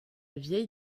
vieille